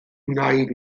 wneud